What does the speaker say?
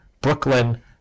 Brooklyn